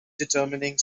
determining